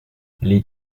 les